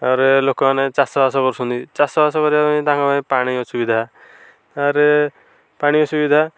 ତାପରେ ଲୋକମାନେ ଚାଷ ବାସ କରୁଛନ୍ତି ଚାଷବାସ କରିବା ପାଇଁ ତାଙ୍କ ପାଇଁ ପାଣି ଅସୁବିଧା ତାପରେ ପାଣି ଅସୁବିଧା